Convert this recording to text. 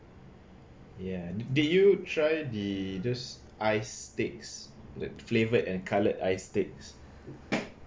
ya did you try the those ice sticks the flavoured and colored ice sticks